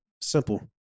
Simple